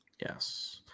yes